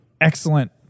excellent